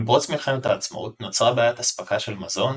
עם פרוץ מלחמת העצמאות נוצרה בעיית אספקה של מזון,